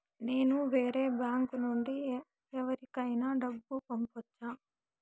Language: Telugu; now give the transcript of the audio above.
నేను వేరే బ్యాంకు నుండి ఎవరికైనా డబ్బు పంపొచ్చా?